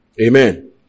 Amen